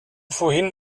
vorhin